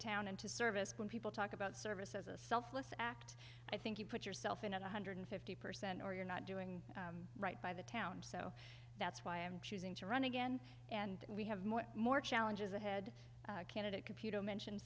town and to service when people talk about service as a selfless act i think you put yourself in a one hundred fifty percent or you're not doing right by the town so that's why i'm choosing to run again and we have more challenges ahead candidate computer i mentioned